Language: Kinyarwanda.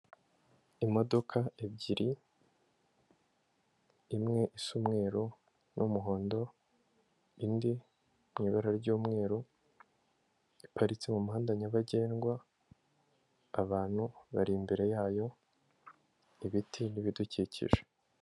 Imodoka ebyiri, imwe isa umweru n'umuhondo, indi mu ibara ry'umweru, iparitse mu muhanda nyabagendwa, abantu bari imbere yayo, ibiti n'ibidukikije.